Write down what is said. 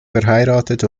verheiratet